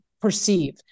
perceive